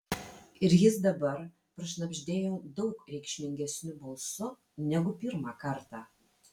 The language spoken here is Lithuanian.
ir jis dabar prašnabždėjo daug reikšmingesniu balsu negu pirmą kartą